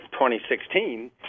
2016